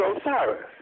Osiris